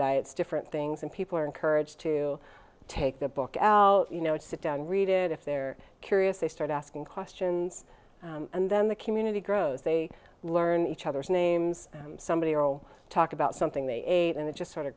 diets different things and people are encouraged to take the book al you know sit down read it if they're curious they start asking questions and then the community grows they learn each other's names somebody will talk about something they ate and it just sort of